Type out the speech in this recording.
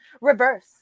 Reverse